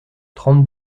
trente